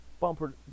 bumper